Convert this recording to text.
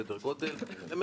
סדר גודל של כעשרה ימים,